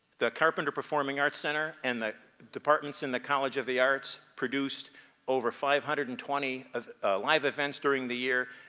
the carpenter performing arts center and the departments in the college of the arts produced over five hundred and twenty live events during the year,